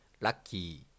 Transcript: lucky